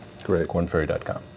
cornferry.com